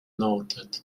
noted